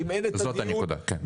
כן.